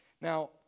Now